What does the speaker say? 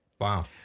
Wow